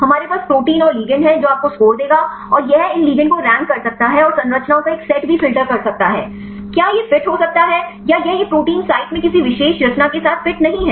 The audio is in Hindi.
हमारे पास प्रोटीन और लिगैंड है जो आपको स्कोर देगा और यह इन लिगेंड को रैंक कर सकता है और संरचनाओं का एक सेट भी फ़िल्टर कर सकता है क्या यह फिट हो सकता है या यह प्रोटीन साइट में किसी विशेष रचना के साथ फिट नहीं है